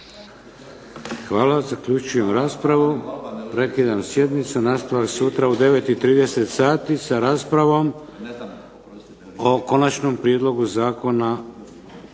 Hvala. Zaključujem raspravu. Prekidam sjednicu. Nastavak sutra u 9 i 30 sati sa raspravom o Konačnom prijedlogu Zakona